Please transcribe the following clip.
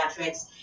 pediatrics